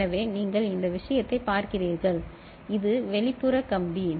எனவே நீங்கள் இந்த விஷயத்தைப் பார்க்கிறீர்கள் இது வெளிப்புற கம்பி